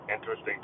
interesting